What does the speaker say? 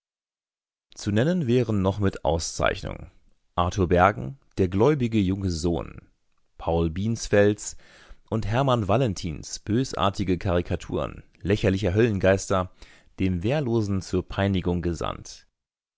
zu nennen wären noch mit auszeichnung arthur bergen der gläubige junge sohn paul biensfeldts und hermann vallentins bösartige karikaturen lächerliche höllengeister dem wehrlosen zur peinigung gesandt